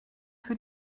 für